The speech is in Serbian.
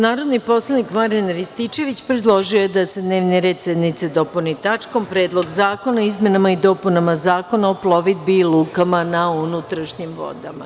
Narodni poslanik Marijan Rističević predložio je da se dnevni red sednice dopuni tačkom – Predlog zakona o izmenama i dopunama Zakona o plovidbi i lukama na unutrašnjim vodama.